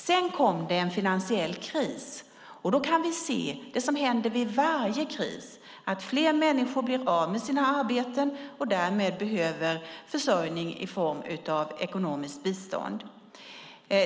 Sedan kom en finansiell kris, och då kan vi se det som händer vid varje kris: Fler människor blir av med sina arbeten och behöver därmed försörjning i form av ekonomiskt bistånd.